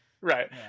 right